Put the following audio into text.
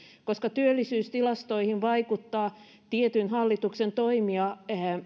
koska työllisyystilastoihin vaikuttavat tietyn hallituksen toimia